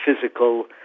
physical